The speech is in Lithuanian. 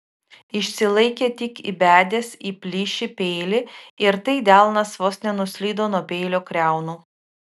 išsilaikė tik įbedęs į plyšį peilį ir tai delnas vos nenuslydo nuo peilio kriaunų